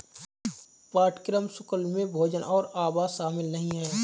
पाठ्यक्रम शुल्क में भोजन और आवास शामिल नहीं है